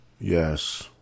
Yes